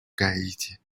гаити